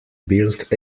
built